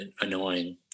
annoying